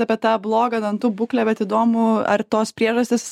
apie tą blogą dantų būklę bet įdomu ar tos priežastys